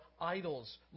idols